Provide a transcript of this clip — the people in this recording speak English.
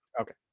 Okay